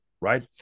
right